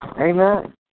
Amen